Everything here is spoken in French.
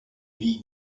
vie